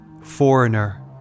Foreigner